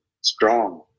strong